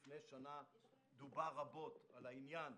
לפני שנה דובר רבות על העניין,